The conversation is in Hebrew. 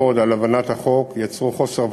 שנועדו להבטיח כי החוק ישמש לתכליתו העיקרית,